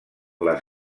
les